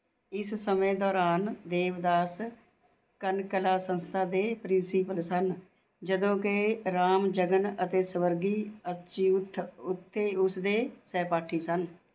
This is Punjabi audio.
ਇਸ ਸਮੇਂ ਦੌਰਾਨ ਦੇਵਦਾਸ ਕਨਕਲਾ ਸੰਸਥਾ ਦੇ ਪ੍ਰਿੰਸੀਪਲ ਸਨ ਜਦੋਂ ਕਿ ਰਾਮਜਗਨ ਅਤੇ ਸਵਰਗੀ ਅਚਯੁਤ ਉੱਥੇ ਉਸ ਦੇ ਸਹਿਪਾਠੀ ਸਨ